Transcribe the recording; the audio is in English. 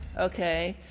okay,